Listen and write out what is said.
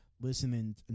listening